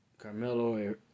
Carmelo